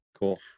Cool